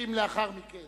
אם לאחר מכן